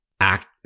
act